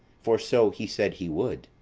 for so he said he would.